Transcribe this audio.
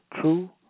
true